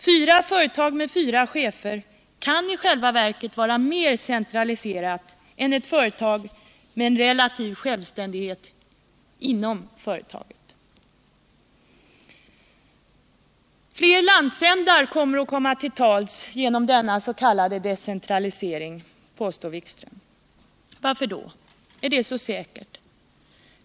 Fyra företag med fyra chefer kan i själva verket vara mer centraliserat än ett företag med en relativ självständighet inom företaget. Fler landsändar kommer att komma till tals genom denna s.k. decentralisering, påstår Jan-Erik Wikström. Varför då? Är det så säkert?